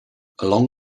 along